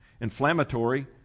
inflammatory